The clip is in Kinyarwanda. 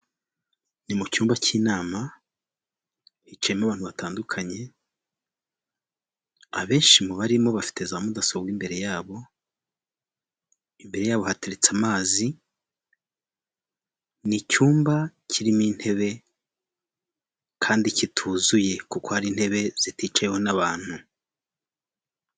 Icupa rya kizimyamwoto; rikaba rifite amabara y'umutuku, ubururu, umweru ndetse n'umukara, rikaba rifite aho rihagaze rikaba nta kintu riri gukora.